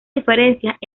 diferencias